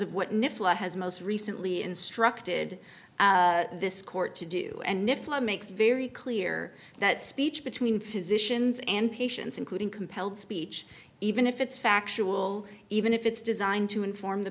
law has most recently instructed this court to do and mifflin makes very clear that speech between physicians and patients including compelled speech even if it's factual even if it's designed to inform the